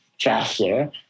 faster